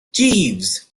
jeeves